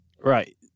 Right